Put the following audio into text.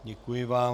Děkuji vám.